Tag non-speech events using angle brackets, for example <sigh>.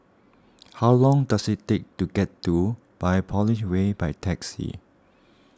<noise> how long does it take to get to Biopolis Way by taxi